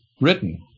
written